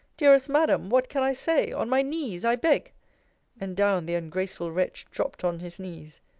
dearest madam, what can i say on my knees i beg and down the ungraceful wretch dropped on his knees.